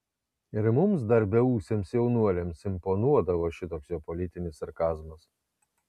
ir mums dar beūsiams jaunuoliams imponuodavo šitoks jo politinis sarkazmas